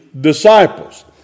disciples